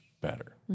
better